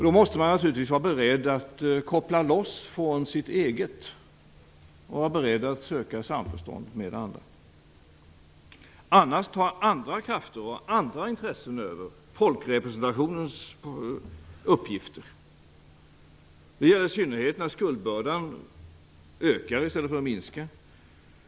Då måste man naturligtvis vara beredd att koppla loss från sitt eget och vara beredd att söka samförstånd med andra. Annars tar andra krafter och andra intressen över folkrepresentationens uppgifter. Det gäller i synnerhet när skuldbördan ökar i stället för att minska.